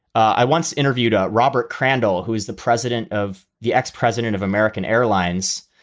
i once interviewed ah robert crandall, who is the president of the ex president of american airlines,